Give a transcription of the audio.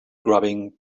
grubbing